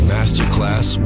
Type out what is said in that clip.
Masterclass